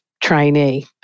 trainee